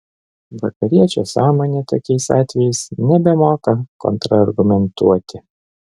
vakariečio sąmonė tokiais atvejais nebemoka kontrargumentuoti